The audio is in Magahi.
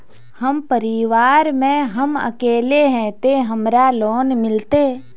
हम परिवार में हम अकेले है ते हमरा लोन मिलते?